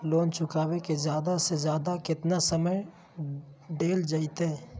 Loan चुकाबे के जादे से जादे केतना समय डेल जयते?